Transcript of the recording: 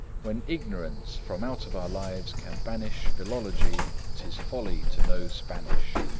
when ignorance from out of our lives can banish philology, tis folly to know spanish.